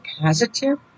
positive